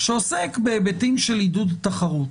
שעוסק בהיבטים של עידוד תחרות.